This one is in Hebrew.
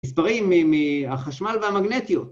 מספרים מהחשמל והמגנטיות.